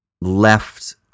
left